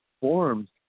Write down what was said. forms